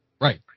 Right